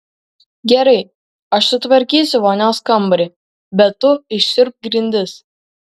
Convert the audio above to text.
gerai aš sutvarkysiu vonios kambarį bet tu išsiurbk grindis